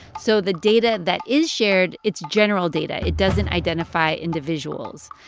so the data that is shared it's general data. it doesn't identify individuals.